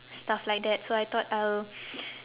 stuff like that so I thought I'll